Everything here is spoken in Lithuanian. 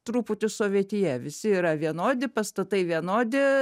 truputį sovietija visi yra vienodi pastatai vienodi